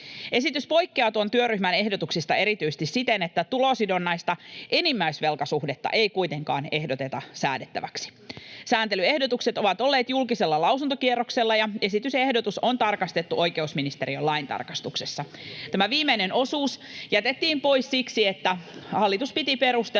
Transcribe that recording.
Esitys poikkeaa tuon työryhmän ehdotuksista erityisesti siten, että tulosidonnaista enimmäisvelkasuhdetta ei kuitenkaan ehdoteta säädettäväksi. Sääntelyehdotukset ovat olleet julkisella lausuntokierroksella, ja esitysehdotus on tarkastettu oikeusministeriön laintarkastuksessa. Tämä viimeinen osuus jätettiin pois siksi, että hallitus piti perusteltuna,